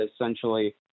essentially